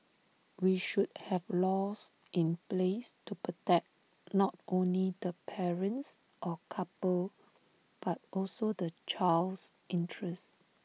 we should have laws in place to protect not only the parents or couple but also the child's interest